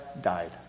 died